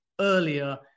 earlier